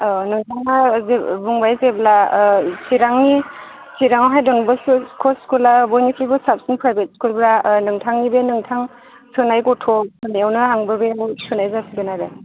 औ नोंथाङा जे बुंबाय जेब्ला चिरांनि चिरां आवहाय डन बस्क' स्कुल स्कुला बयनिख्रुइबो साबसिन प्राइभेट स्कुलबा नोंथांनि बे नोंथां सोनाय गथ' सोनायावनो आंबो बेवहाय सोनाय जासिगोन आरो